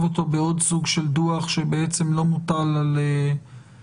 אותו בעוד סוג של דוח שבעצם לא מוטל על מלכ"רים?